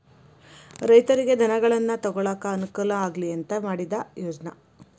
ರೈತರಿಗೆ ಧನಗಳನ್ನಾ ತೊಗೊಳಾಕ ಅನಕೂಲ ಆಗ್ಲಿ ಅಂತಾ ಮಾಡಿದ ಯೋಜ್ನಾ